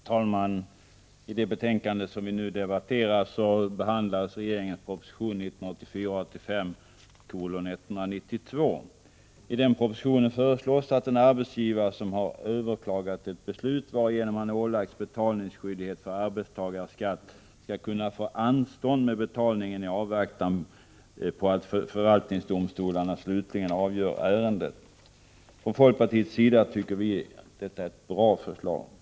Herr talman! I det betänkande som vi nu debatterar behandlas regeringens proposition 1984/85:192. I den propositionen föreslås att en arbetsgivare som har överklagat ett beslut varigenom han ålagts betalningsskyldighet för arbetstagares skatt skall kunna få anstånd med betalningen i avvaktan på att förvaltningsdomstolen slutligen avgör ärendet. Vi i folkpartiet tycker att det är ett bra förslag.